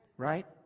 Right